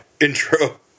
intro